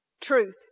Truth